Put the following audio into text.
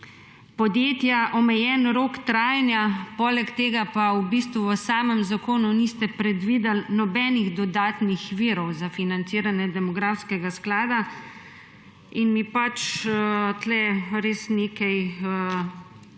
podjetja omejen rok trajanja. Poleg tega pa v bistvu v samem zakonu niste predvideli nobenih dodatnih virov za financiranje demografskega sklada in mi pač tukaj res nekaj ne